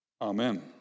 Amen